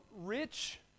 rich